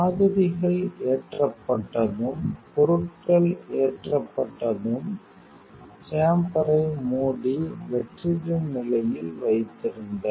மாதிரிகள் ஏற்றப்பட்டதும் பொருட்கள் ஏற்றப்பட்டதும் சேம்பர்ரை மூடி வெற்றிட நிலையில் வைத்திருங்கள்